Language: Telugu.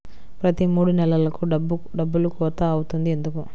ప్రతి మూడు నెలలకు డబ్బులు కోత అవుతుంది ఎందుకు?